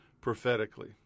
prophetically